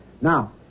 Now